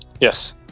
Yes